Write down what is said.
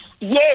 Yes